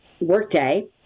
workday